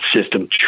system